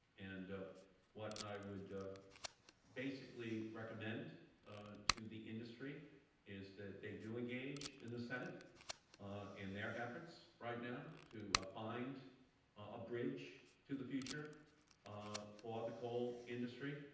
and what i would basically recommend to the industry is that they do engage in the senate in their efforts right now to find a bridge to the future ah for the coal industry.